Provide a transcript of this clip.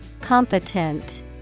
Competent